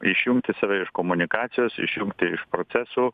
išjungti save iš komunikacijos išjungti iš procesų